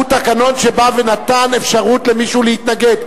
הוא תקנון שבא ונתן אפשרות למישהו להתנגד.